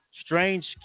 Strange